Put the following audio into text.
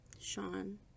Sean